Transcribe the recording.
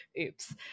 oops